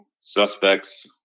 suspects